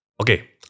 Okay